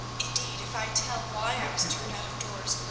indeed, if i tell why i was turned out of doors,